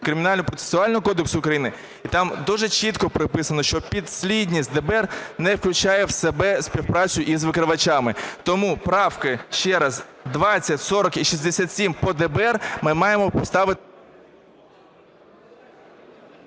Кримінального процесуального кодексу України, і там дуже чітко прописано, що підслідність ДБР не включає в себе співпрацю із викривачами. Тому правки, ще раз, 20, 40 і 67 по ДБР ми маємо поставити…